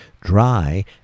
dry